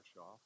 off